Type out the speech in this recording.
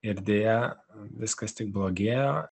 ir deja viskas tik blogėjo